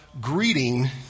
greeting